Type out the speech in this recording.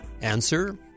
Answer